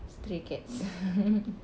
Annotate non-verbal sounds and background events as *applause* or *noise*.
stray cats *noise*